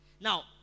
Now